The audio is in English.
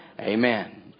Amen